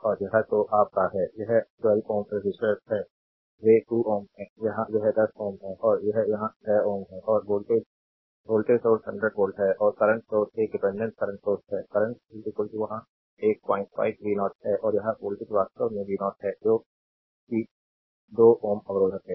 और यह तो आप का है यह 12 is ओम रेजिस्टेंस है वे 2 is हैं यहां यह 10 ओम है और यहां यह 6 ओम है और वोल्टेज वोल्टेज सोर्स 100 वोल्ट है और करंट सोर्स एक डिपेंडेंट करंट सोर्स है करंट वहाँ एक 05 v0 है और यह वोल्टेज वास्तव में v0 है जो कि 2 ओम अवरोधक है